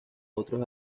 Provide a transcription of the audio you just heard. otros